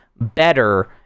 better